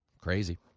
Crazy